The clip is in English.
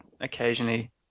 occasionally